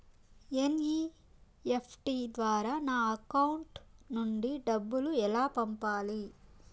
NEFT ద్వారా నా account నుండి డబ్బులు ఎలా పంపాలి